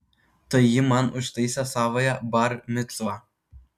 tai ji man užtaisė savąją bar micvą